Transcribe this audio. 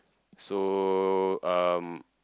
so um